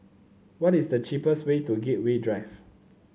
what is the cheapest way to Gateway Drive